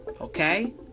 okay